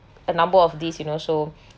a number of these you know so